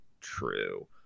true